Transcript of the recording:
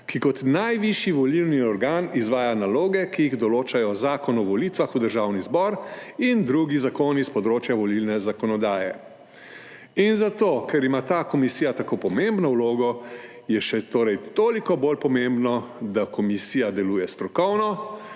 ki kot najvišji volilni organ izvaja naloge, ki jih določa Zakon o volitvah v Državni zbor in drugi zakoni s področja volilne zakonodaje. Zato, ker ima ta komisija tako pomembno vlogo, je še torej toliko bolj pomembno, da komisija deluje strokovno,